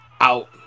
out